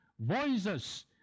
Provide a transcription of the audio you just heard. voices